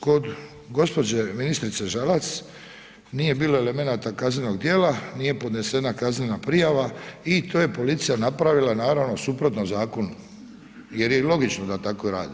Kod gospođe ministrice žalac nije bilo elemenata kaznenog djela, nije podnesena kaznena prijava i to je policija napravila naravno suprotno zakonu jer je i logično da tako rade.